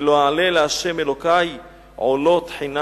ולא אעלה לה' אלוקי עולות חינם,